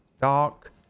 dark